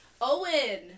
Owen